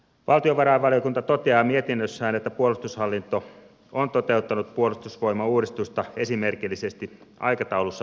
valtiovarainvaliokunta toteaa mietinnössään että puolustushallinto on toteuttanut puolustusvoimauudistusta esimerkillisesti aikataulussa pysyen